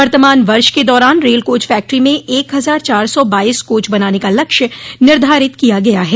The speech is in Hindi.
वर्तमान वर्ष के दौरान रेल कोच फैक्ट्री में एक हजार चार सौ बाईस कोच बनाने का लक्ष्य निर्धारित किया गया है